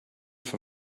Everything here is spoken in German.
für